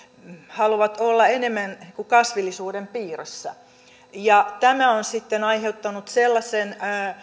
haluavat olla enemmän kasvillisuuden piirissä ja tämä on sitten aiheuttanut sellaisen